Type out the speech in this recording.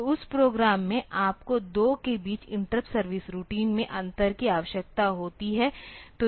तो उस प्रोग्राम में आपको दो के बीच इंटरप्ट सर्विस रूटिंग में अंतर की आवश्यकता होती है